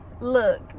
look